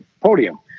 podium